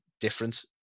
different